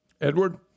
Edward